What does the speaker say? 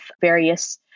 various